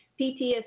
PTSD